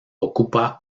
ocupa